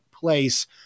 place